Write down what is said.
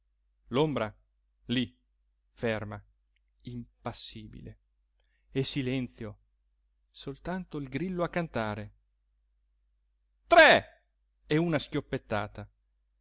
l'ombra lí ferma impassibile e silenzio soltanto il grillo a cantare tre e una schioppettata